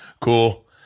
cool